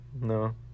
No